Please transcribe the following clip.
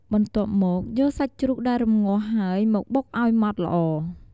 បន្ទាប់មក យកសាច់ជ្រូកដែលរំងាស់ហើយមកបុកឲ្យម៉ត់ល្អ។